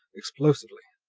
explosively,